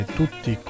tutti